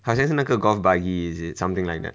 好像是那个 golf buggy is it something like that